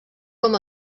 com